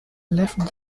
left